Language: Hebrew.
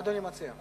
מה אדוני מציע?